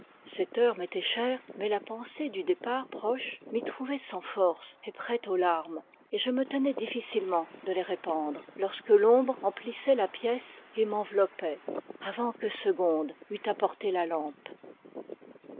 cette heure m'était chère mais la pensée du départ proche m'y trouvait sans force et prêt aux larmes et je me tenais difficilement de les répandre lorsque l'ombre emplissait la pièce et m'enveloppait avant que segonde eût apporté la lampe